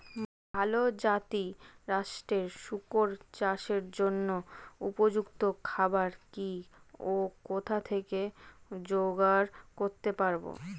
ভালো জাতিরাষ্ট্রের শুকর চাষের জন্য উপযুক্ত খাবার কি ও কোথা থেকে জোগাড় করতে পারব?